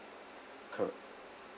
correct